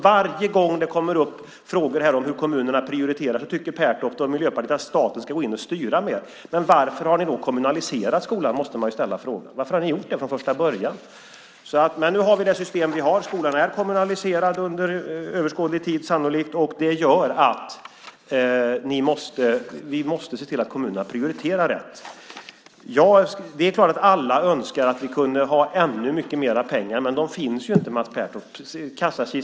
Varje gång det kommer upp frågor om hur kommunerna prioriterar tycker Mats Pertoft och Miljöpartiet att staten ska gå in och styra mer. Men varför har ni då kommunaliserat skolan? Den frågan måste man ställa. Varför har ni gjort det från första början? Nu har vi det system som vi har. Skolan kommer sannolikt att vara kommunaliserad under överskådlig tid. Det gör att vi måste se till att kommunerna prioriterar rätt. Det är klart att alla önskar att vi kunde ha mycket mer pengar. Men de finns inte, Mats Pertoft.